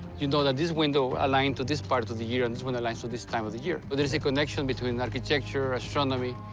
you know that this window align to this part of the the year, and this one aligns to this time of the year. but there's a connection between architecture, astronomy,